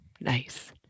Nice